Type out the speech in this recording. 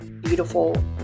beautiful